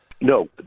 No